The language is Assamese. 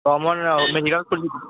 কমন মেডিকেল খুলি